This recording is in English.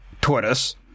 tortoise